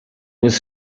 was